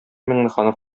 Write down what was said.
миңнеханов